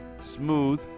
smooth